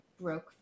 broke